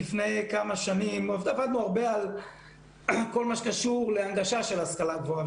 לפני כמה שנים עבדנו הרבה על כל מה שקשור להנגשה של השכלה גבוהה.